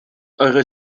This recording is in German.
eure